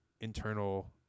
internal